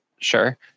sure